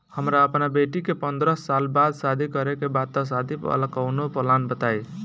हमरा अपना बेटी के पंद्रह साल बाद शादी करे के बा त शादी वाला कऊनो प्लान बताई?